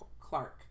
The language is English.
Clark